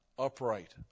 upright